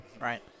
right